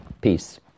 Peace